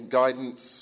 guidance